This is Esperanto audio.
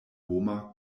homa